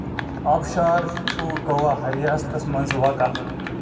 آبٕشار چھُ گوا رِیاستس منٛز واقع